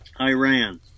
Iran